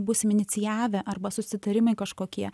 būsim inicijavę arba susitarimai kažkokie